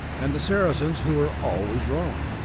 and saracens who were always wrong.